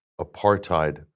apartheid